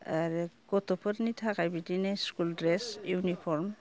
आरो गथ'फोरनि थाखाय बिदिनो स्कुल द्रेस इउनिफर्म